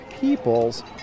people's